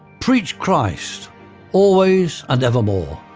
preach christ always and ever more.